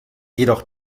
jedoch